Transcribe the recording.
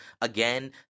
Again